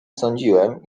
sądziłem